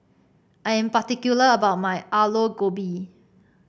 I am particular about my Aloo Gobi